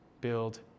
build